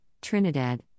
Trinidad